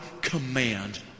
command